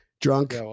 drunk